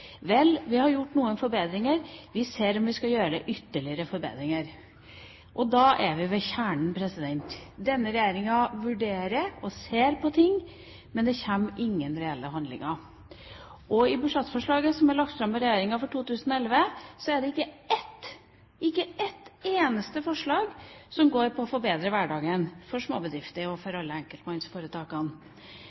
Vel, vi har gjort noen forbedringer, vi ser på om vi skal gjøre ytterligere forbedringer.» Og da er vi ved kjernen. Denne regjeringa vurderer og ser på ting, men det kommer ingen reelle handlinger. I budsjettforslaget som er lagt fram fra regjeringa for 2011, er det ikke et eneste forslag som går på å bedre hverdagen for småbedriftene og for alle enkeltmannsforetakene.